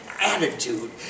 attitude